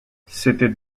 c’était